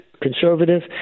conservative